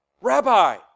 Rabbi